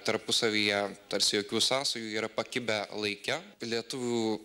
tarpusavyje tarsi jokių sąsajų yra pakibę laike lietuvių